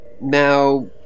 Now